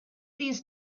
these